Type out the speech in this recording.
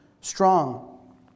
strong